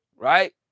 Right